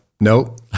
nope